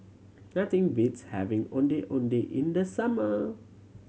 nothing beats having Ondeh Ondeh in the summer